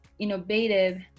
innovative